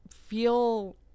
feel